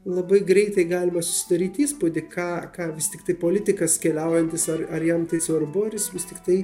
labai greitai galima susidaryt įspūdį ką ką vis tiktai politikas keliaujantis ar ar jam tai svarbu ar jis vis tiktai